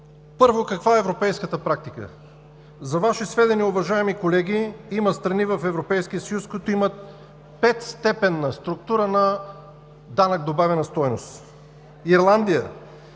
Първо, каква е европейската практика? За Ваше сведение, уважаеми колеги, има страни в Европейския съюз, които имат 5-степенна структура на данък добавена стойност. Ирландия